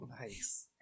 Nice